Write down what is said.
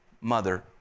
mother